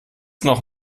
noch